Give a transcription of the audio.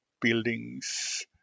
buildings